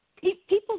People